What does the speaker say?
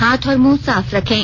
हाथ और मुंह साफ रखें